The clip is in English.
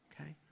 Okay